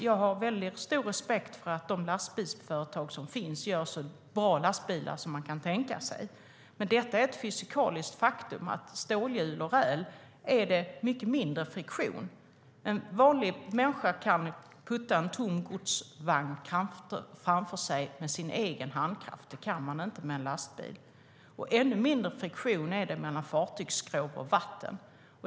Jag har stor respekt för att de lastbilsföretag som finns gör så bra lastbilar som man kan tänka sig. Men det är ett fysikaliskt faktum att det är mycket mindre friktion mellan stålhjul och räl. En vanlig människa kan putta en tom godsvagn framför sig med sin egen handkraft. Det kan man inte med en lastbil. Ännu mindre friktion är det mellan fartygsskrov och vatten.